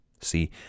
See